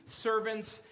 servants